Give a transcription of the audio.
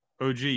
OG